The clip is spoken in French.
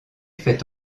fait